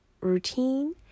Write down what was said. routine